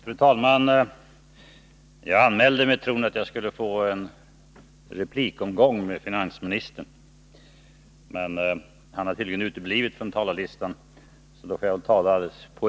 Fru talman! Jag anmälde mig till denna debatt i tron att jag skulle få en replikomgång med finansministern. Men han har tydligen uteblivit från talarlistan, så jag får väl tala ändå.